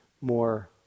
more